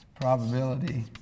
probability